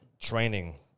training